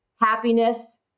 happiness